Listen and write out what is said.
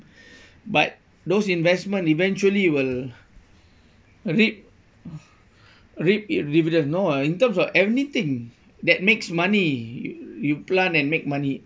but those investment eventually will reap reap it dividend no ah in terms of anything that makes money you plant and make money